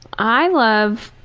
i love